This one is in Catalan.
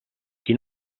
qui